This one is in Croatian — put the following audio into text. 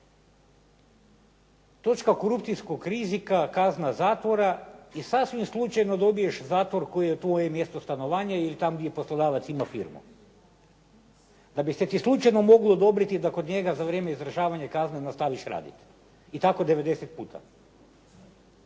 Točka korupcijskog rizika, kazna zatvora i sasvim slučajno dobiješ zatvor koji je u tvom mjestu stanovanja ili tamo gdje poslodavac ima firmu, da bi se slučajno moglo odobriti da kod njega za vrijeme izvršavanja kazne nastaviš raditi i tako 90 puta.